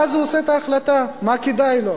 ואז הוא עושה את ההחלטה, מה כדאי לו.